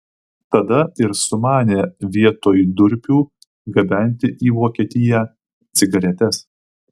tada ir sumanė vietoj durpių gabenti į vokietiją cigaretes